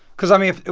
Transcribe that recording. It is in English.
because, i mean,